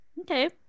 Okay